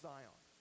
Zion